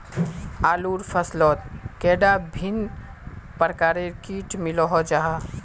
आलूर फसलोत कैडा भिन्न प्रकारेर किट मिलोहो जाहा?